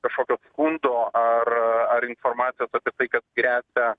kažkokio skundo ar ar informacijos apie tai kad gresia